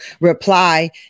reply